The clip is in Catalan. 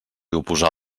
oposa